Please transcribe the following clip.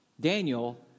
Daniel